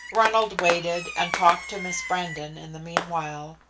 ronald waited, and talked to miss brandon in the mean while.